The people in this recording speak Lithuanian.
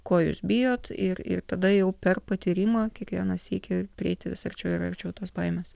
ko jūs bijot ir ir tada jau per patyrimą kiekvieną sykį prieiti vis arčiau ir arčiau tos baimės